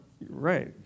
Right